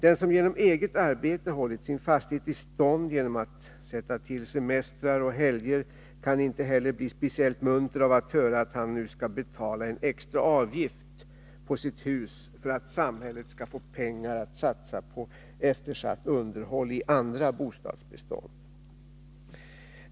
Den som genom eget arbete hållit sin fastighet i stånd genom att sätta till semestrar och helger kan inte heller bli speciellt munter av att höra att han nu skall betala en extra avgift på sitt hus för att samhället skall få pengar att satsa på eftersatt underhåll i andra bostadsbestånd.